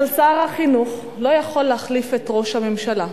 אבל שר החינוך לא יכול להחליף את ראש הממשלה.